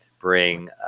bring